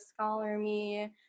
ScholarMe